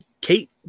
Kate